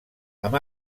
amb